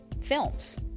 films